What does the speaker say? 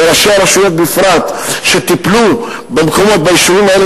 ובפרט ראשי הרשויות שטיפלו במקומות וביישובים האלה,